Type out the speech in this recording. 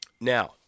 Now